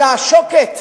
אל השוקת,